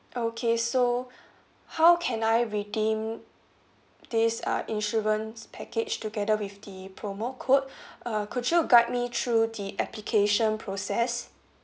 okay so how can I redeem this uh insurance package together with the promo code uh could you guide me through the application process